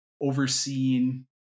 overseeing